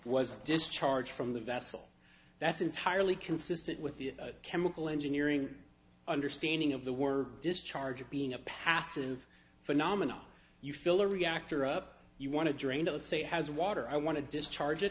was discharged from the vessel that's entirely consistent with the chemical engineering understanding of the word discharge being a passive phenomena you fill a reactor up you want to drain to the say has water i want to discharge it